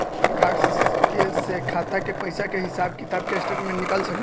Card से खाता के पइसा के हिसाब किताब के स्टेटमेंट निकल सकेलऽ?